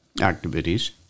activities